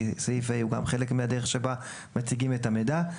כי סעיף (ה) הוא גם חלק מהדרך שבה מציגים את המידע.